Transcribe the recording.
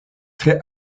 tre